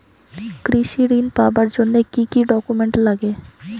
কৃষি ঋণ পাবার জন্যে কি কি ডকুমেন্ট নাগে?